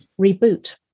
reboot